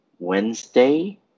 Wednesday